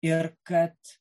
ir kad